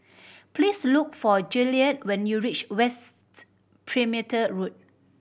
please look for Juliet when you reach West's Perimeter Road